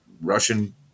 Russian